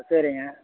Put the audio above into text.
சரிங்க